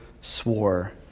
swore